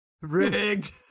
Rigged